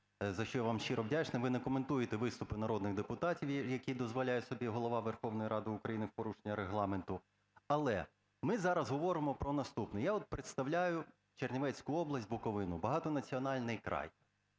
за що я вам щиро вдячний. Ви не коментуєте виступи народних депутатів, як дозволяє собі Голова Верховної Ради України в порушення Регламенту. Але ми зараз говоримо про наступне. Я от представляю Чернівецьку область, Буковину – багатонаціональний край.